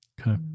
okay